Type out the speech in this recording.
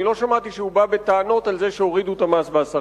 אני לא שמעתי שהוא בא בטענות על זה שהורידו את המס ב-10%.